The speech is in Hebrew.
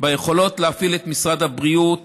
את היכולת להפעיל את משרד הבריאות